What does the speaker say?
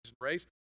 race